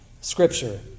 Scripture